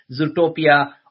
Zootopia